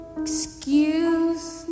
Excuse